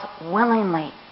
willingly